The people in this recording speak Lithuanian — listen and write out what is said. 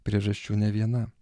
priežasčių ne viena